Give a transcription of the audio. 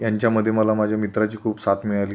यांच्यामधे मला माझ्या मित्राची खूप साथ मिळाली